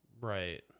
Right